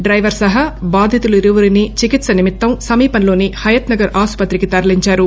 driver సహా బాధితులిరువురినీ చికిత్ప నిమిత్తం సమీపంలోని హయత్ నగర్ ఆసుపత్రికి తరలించారు